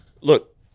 look